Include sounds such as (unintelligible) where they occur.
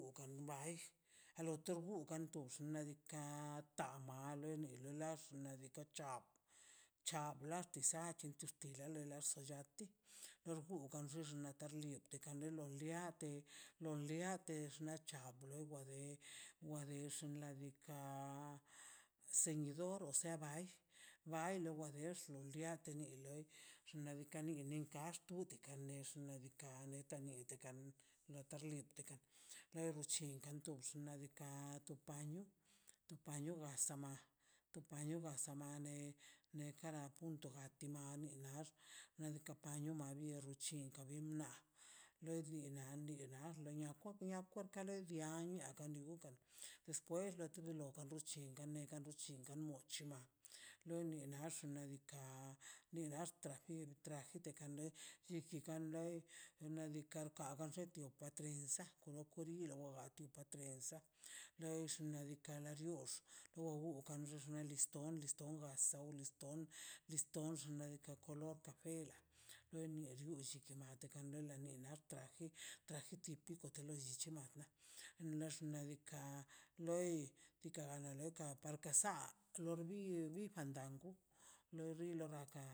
Ukan baill a lo torgugan tox xnaꞌ diikaꞌ tamale nilə lax tani ka chal cha bḻati xa tu xtilaꞌ ti torgugan xix talibrde kan lebo liab te lo liab tex nachab lowa de wa dex xnaꞌ diikaꞌ ceñidor o sea bai lo wa dex liate ni loi xnaꞌ bika nilo nex xnaꞌ diikaꞌ letan mieti kanigan latar niklen dga luego llan kin tox xnaꞌ diikaꞌ a tu paño asama tu paño asama ne nekara punto lati mani max ladika panio nadi xchinka bin ḻa loi di lenia kwak nia kwak len nia nia kandi bokan despues lati dolo dokan durchin kanen kar duchin kamuch nina loi ni nax xnaꞌ diikaꞌ ni naxtra kin trajen nikan leb chichikan leb nadika kar nlle tio tu trenza (unintelligible) tipo trenza nadika lo chiox wowo kan dex liston liston baso liston liston xnaꞌ diikaꞌ kolor kafe lo ni llu (unintelligible) traji traji ti piko (unintelligible) ḻa xnaꞌ diikaꞌ loi diika gana loi ka parka sa lor bi tujanda norbi logajan.